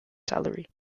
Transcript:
salary